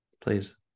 please